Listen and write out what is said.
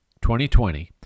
2020